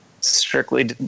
Strictly